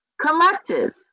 collective